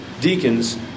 Deacons